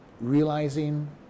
realizing